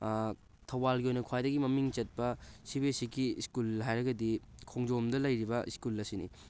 ꯊꯧꯕꯥꯜꯒꯤ ꯑꯣꯏꯅ ꯀ꯭ꯋꯥꯏꯗꯒꯤ ꯃꯃꯤꯡ ꯆꯠꯄ ꯁꯤ ꯕꯤ ꯑꯦꯁ ꯏꯒꯤ ꯁ꯭ꯀꯨꯜ ꯍꯥꯏꯔꯒꯗꯤ ꯈꯣꯡꯖꯣꯝꯗ ꯂꯩꯔꯤꯕ ꯁ꯭ꯀꯨꯜ ꯑꯁꯤꯅꯤ